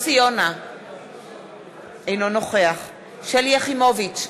אינו נוכח שלי יחימוביץ,